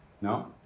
No